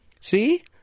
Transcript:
See